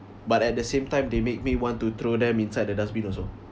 but at the same time they make me want to throw them inside the dustbin also